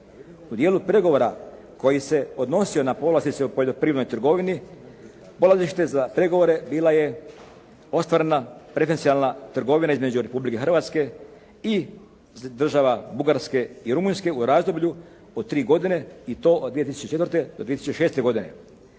U dijelu pregovora koji se odnosio na povlastice u poljoprivrednoj trgovini, polazište za pregovore bila je ostvarena .../Govornik se ne razumije./… trgovina između Republike Hrvatske i država Bugarske i Rumunjske u razdoblju od tri godine, i to od 2004. do 2006. godine.